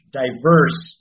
diverse